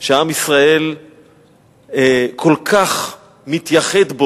שעם ישראל כל כך מתייחד בה